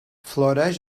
floreix